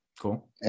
Cool